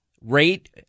rate